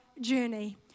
journey